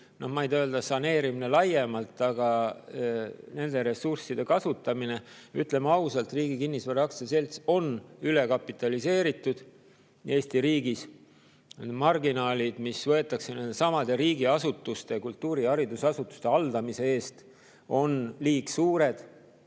ma ei taha öelda, et saneerimine laiemalt, aga nende ressursside kasutamine. Ütleme ausalt, Riigi Kinnisvara Aktsiaselts on ülekapitaliseeritud Eesti riigis. Marginaalid, mis võetakse nendesamade riigiasutuste, kultuuri- ja haridusasutuste haldamise eest, on liig suured.